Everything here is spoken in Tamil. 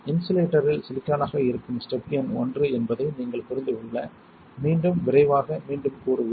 இன்சுலேட்டரில் சிலிக்கானாக இருக்கும் ஸ்டெப் எண் ஒன்று என்பதை நீங்கள் புரிந்து கொள்ள மீண்டும் விரைவாக மீண்டும் கூறுவோம்